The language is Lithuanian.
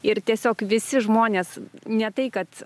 ir tiesiog visi žmonės ne tai kad